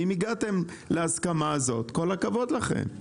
ואם הגעתם להסכמה הזאת, כל הכבוד לכם.